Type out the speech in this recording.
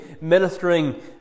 ministering